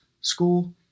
school